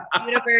universe